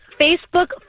facebook